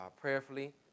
prayerfully